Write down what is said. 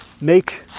make